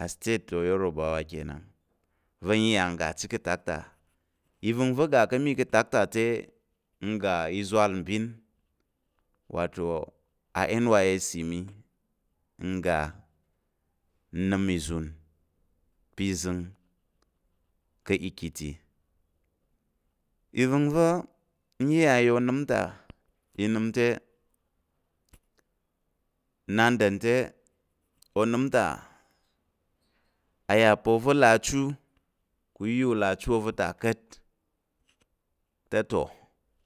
astate oyuroba kenan va̱ iya n ga chit ka̱ atak, i va̱ngva̱ ga ká̱ mi ka̱ atak ta, n ga ìzwal mbin wato nysc mi n ga nəm ìzun pa̱ ìzəng ka̱ aekiti i vəngva̱ n iya nya onəm ta i nəm te nnandər te onəm ta a yà pa̱ oza̱ là achu kang u iya. u là achu oza̱ ta ka̱t te toh